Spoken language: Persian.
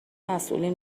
مسئولین